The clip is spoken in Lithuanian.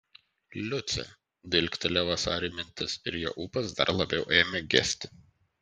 liucė dilgtelėjo vasariui mintis ir jo ūpas dar labiau ėmė gesti